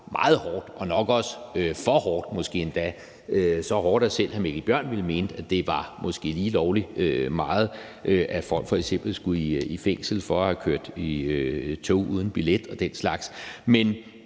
meget hårdt og nok også for hårdt og måske endda så hårdt, at selv hr. Mikkel Bjørn ville mene, at det måske var lige lovlig meget, f.eks. at folk skulle i fængsel for at have kørt i tog uden billet og den slags. Men